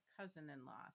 cousin-in-law